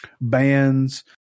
bands